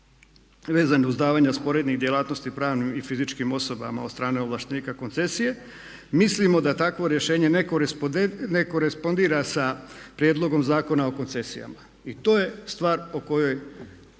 vezanja uz davanja sporednih djelatnosti pravnim i fizičkim osobama od strane ovlaštenika koncesije mislimo da takvo rješenje nekorespondira sa prijedlogom Zakona o koncesijama. I to je stvar o kojoj